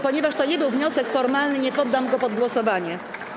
Ponieważ to nie był wniosek formalny, nie poddam go pod głosowanie.